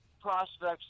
prospects